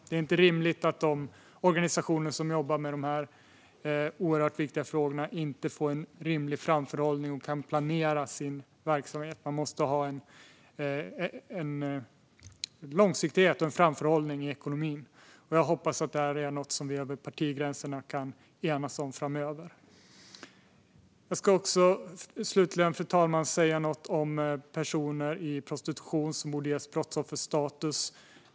Det är inte rimligt att de organisationer som jobbar med de här oerhört viktiga frågorna inte får en rimlig framförhållning och kan planera sin verksamhet. Man måste ha långsiktighet och framförhållning i ekonomin. Det är något som jag hoppas att vi över partigränserna kan enas om framöver. Fru talman! Jag ska slutligen säga något om personer i prostitution, som borde ges brottsofferstatus.